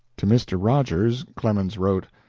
to mr. rogers clemens wrote,